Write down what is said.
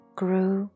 grew